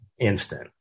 instant